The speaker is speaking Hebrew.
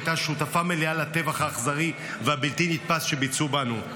הייתה שותפה מלאה לטבח האכזרי והבלתי-נתפס שביצעו בנו.